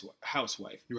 housewife